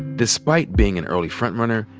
despite being an early front-runner,